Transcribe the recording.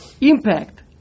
impact